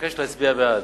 אני מבקש להצביע בעד.